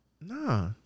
nah